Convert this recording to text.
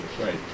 Right